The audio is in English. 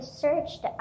searched